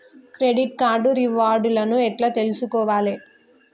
Credit card reward లను ఎట్ల తెలుసుకోవాలే?